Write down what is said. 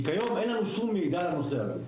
כיום אין לנו שום מידע על הנושא הזה,